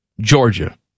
Georgia